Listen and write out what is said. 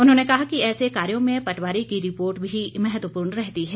उन्होंने कहा कि ऐसे कार्यों में पटवारी की रिपोर्ट भी महत्वपूर्ण रहती है